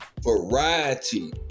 variety